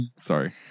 Sorry